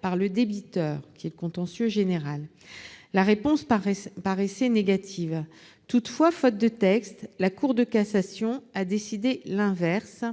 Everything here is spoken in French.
par le débiteur, laquelle relève du contentieux général ? La réponse paraissait négative. Toutefois, faute de texte, la Cour de cassation a décidé l'inverse,